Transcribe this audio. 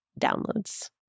downloads